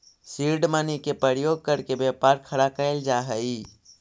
seed money के प्रयोग करके व्यापार खड़ा कैल जा हई